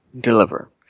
deliver